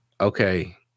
Okay